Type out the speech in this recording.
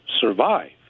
survive